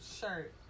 shirt